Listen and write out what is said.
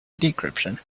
decryption